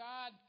God